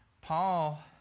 Paul